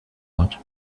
about